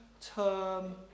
term